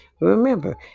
Remember